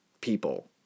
people